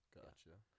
Gotcha